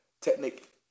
technique